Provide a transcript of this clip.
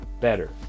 better